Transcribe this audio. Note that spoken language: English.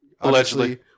Allegedly